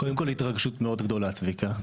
קודם כל, התרגשות מאוד גדולה, צביקה.